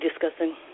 discussing